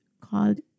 called